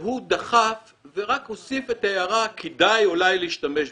הוא דחף ורק הוסיף את ההערה: כדאי אולי להשתמש בזה,